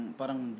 parang